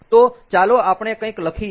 તો ચાલો આપણે કંઈક લખીએ